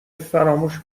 فراموش